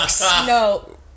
No